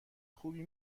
خوبی